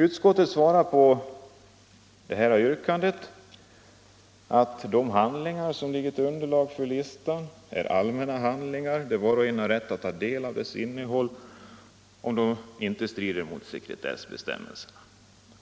Utskottets svar på detta yrkande är att de handlingar som utgör underlag för listan är allmänna handlingar och att var och en äger rätt att ta del av deras innehåll om det inte strider mot sekretessbestämmelserna.